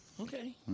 Okay